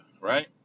Right